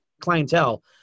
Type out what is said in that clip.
clientele